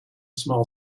small